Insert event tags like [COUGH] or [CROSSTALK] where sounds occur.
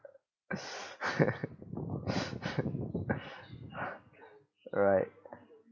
[LAUGHS] right